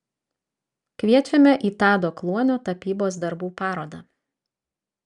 kviečiame į tado kluonio tapybos darbų parodą